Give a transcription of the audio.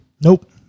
Nope